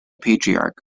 patriarch